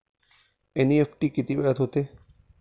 NEFT किती वेळात होते?